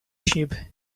sheep